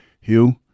Hugh